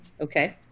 Okay